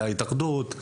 להתאחדות,